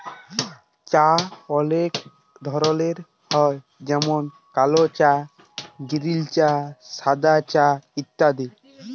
চাঁ অলেক ধরলের হ্যয় যেমল কাল চাঁ গিরিল চাঁ সাদা চাঁ ইত্যাদি